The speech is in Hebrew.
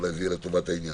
אולי זה יהיה לטובת העניין.